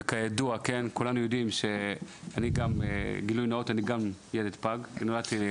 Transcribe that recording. וכידוע, גילוי נאות שאני גם ילד פג, ונולדתי פג.